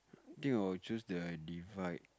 I think I'll choose the divide